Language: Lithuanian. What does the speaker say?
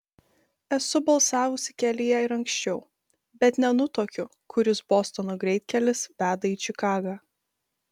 esu balsavusi kelyje ir anksčiau bet nenutuokiu kuris bostono greitkelis veda į čikagą